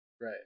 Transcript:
right